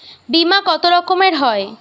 বিমা কত রকমের হয়?